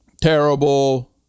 terrible